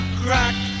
crack